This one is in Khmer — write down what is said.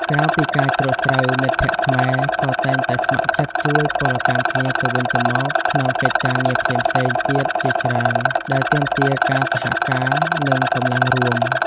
ក្រៅពីការច្រូតស្រូវ មិត្តភក្តិខ្មែរក៏តែងតែស្ម័គ្រចិត្តជួយពលកម្មគ្នាទៅវិញទៅមកក្នុងកិច្ចការងារផ្សេងៗទៀតជាច្រើនដែលទាមទារការសហការនិងកម្លាំងរួម។